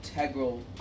integral